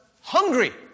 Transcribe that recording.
hungry